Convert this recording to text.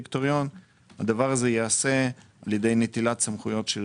הדבר הזה ייעשה על ידי נטילת סמכויות של